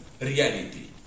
reality